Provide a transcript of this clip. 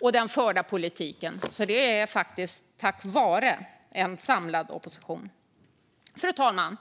av den förda politiken. Det var alltså tack vare en samlad opposition. Fru talman!